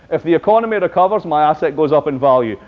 if the economy recovers, my asset goes up in value.